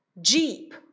jeep